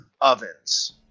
ovens